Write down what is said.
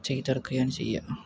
ചെയ്തെടുക്കുകയാണ് ചെയ്യുക